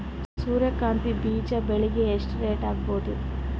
ಸೂರ್ಯ ಕಾಂತಿ ಬೀಜ ಬೆಳಿಗೆ ರೇಟ್ ಎಷ್ಟ ಆಗಬಹುದು?